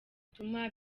gituma